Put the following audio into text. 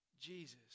Jesus